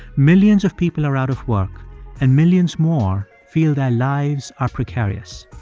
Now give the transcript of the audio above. millions of people are out of work and millions more feel their lives are precarious.